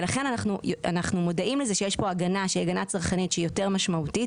אנחנו מודעים לזה שיש פה הגנה צרכנית שהיא יותר משמעותית,